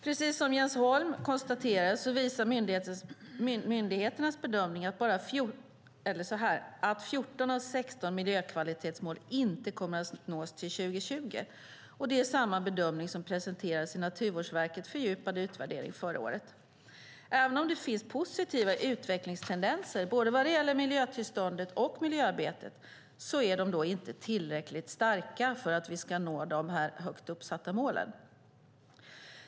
Precis som Jens Holm konstaterar visar myndigheternas bedömningar att 14 av 16 miljökvalitetsmål inte kommer att nås till 2020. Det är samma bedömning som presenterades i Naturvårdsverkets fördjupade utvärdering förra året. Även om det finns positiva utvecklingstendenser vad gäller både miljötillståndet och miljöarbetet är dessa inte tillräckligt starka för att vi ska nå de högt uppsatta målen.